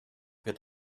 wird